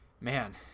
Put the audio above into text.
man